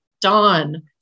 dawn